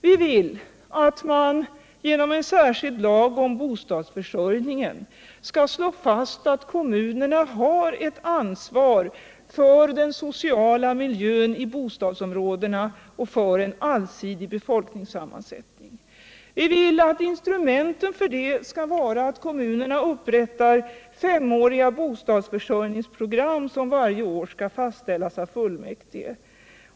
Vi vill att man genom en särskild lag om bostadsförsörjningen skall slå fast att kommunerna har ett ansvar för den sociala miljön i bostadsområdena och för en allsidig befolkningssammansättning. Vi vill att instrumenten för detta skall vara att kommunerna upprättar femåriga bostadsförsörjningsprogram som varje år skall fastställas av fullmäktige.